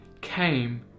came